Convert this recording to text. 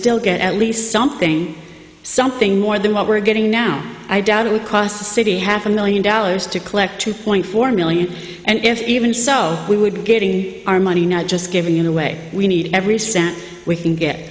still get at least something something more than what we're getting now i doubt it would cost the city half a million dollars to collect two point four million and if even so we would be getting our money not just given away we need every cent we can get